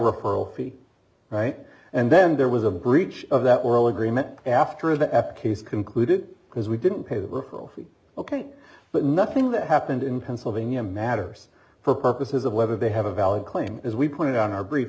referral fee right and then there was a breach of that oral agreement after the f case concluded because we didn't pay the full fee ok but nothing that happened in pennsylvania matters for purposes of whether they have a valid claim as we put it on our brief